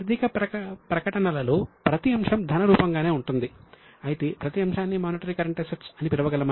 ఆర్థిక ప్రకటనలలో ప్రతి అంశం ధన రూపం గానే ఉంటుంది అయితే ప్రతి అంశాన్ని మానిటరీ కరెంట్ అసెట్స్ అని పిలవగలమా